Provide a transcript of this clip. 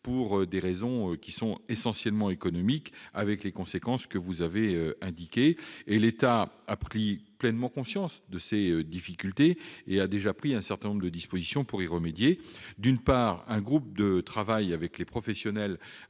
pour des raisons essentiellement économiques, avec les conséquences que vous avez indiquées. L'État a pris pleinement conscience de ces difficultés et a déjà adopté un certain nombre de dispositions pour y remédier. D'une part, un groupe de travail avec les professionnels